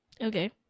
Okay